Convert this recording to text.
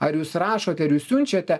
ar jūs rašote ar jūs siunčiate